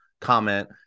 comment